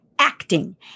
acting